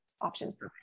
options